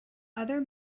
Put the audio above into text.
other